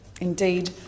Indeed